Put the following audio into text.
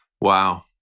Wow